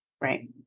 Right